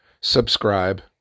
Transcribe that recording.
Subscribe